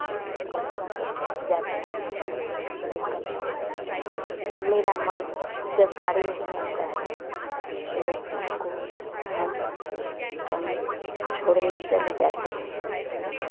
अथुवा कर कर जाते हैं लैकन को मेरा मन जब गाड़ी नहीं आता है तो लैकन को हम छोड़ने चले जाते हैं